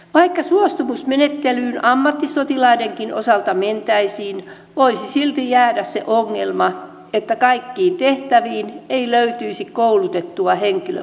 vaikka suostumusmenettelyyn ammattisotilaidenkin osalta mentäisiin voisi silti jäädä se ongelma että kaikkiin tehtäviin ei löytyisi koulutettua henkilökuntaa